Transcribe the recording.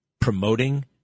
promoting